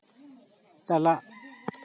ᱪᱟᱞᱟᱜ